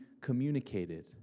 communicated